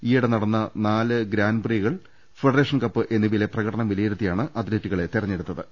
ഈയിടെ നടന്ന നാലു ഗ്രാൻപ്രീകൾ ഫെഡറേഷൻകപ്പ് എന്നിവയിലെ പ്രകടനം വിലയിരുത്തിയാണ് അത്ലറ്റുകളെ തിരഞ്ഞെടുത്തത്